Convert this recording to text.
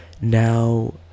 Now